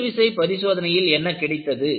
இழுவிசை பரிசோதனையில் என்ன கிடைத்தது